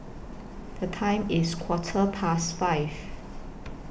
The Time IS Quarter Past five